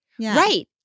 Right